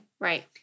Right